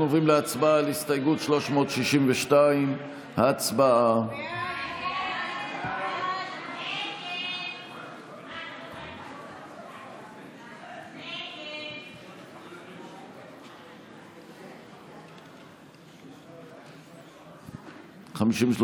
אנחנו עוברים להצבעה על הסתייגות 362. הצבעה.